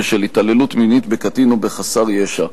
ושל התעללות מינית בקטין או בחסר ישע.